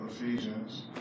Ephesians